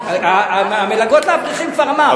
המלגות לאברכים, כבר אמרת.